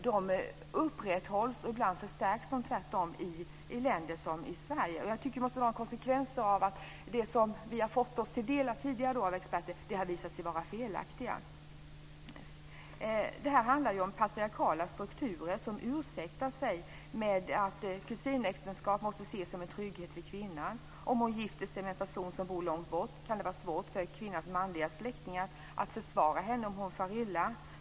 De upprätthålls och förstärks t.o.m. ibland i länder som Sverige. Jag tycker att man måste ta konsekvenserna av att det som vi har fått oss till del tidigare av experter har visat sig vara felaktigt. Detta handlar om patriarkala strukturer som ursäktar sig med att kusinäktenskap måste ses som en trygghet för kvinnan. Om hon gifter sig med person som bor långt bort kan det vara svårt för kvinnans manliga släktingar att försvara henne om hon far illa.